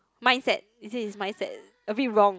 mindset he say it's mindset a bit wrong